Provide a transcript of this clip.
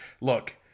look